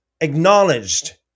acknowledged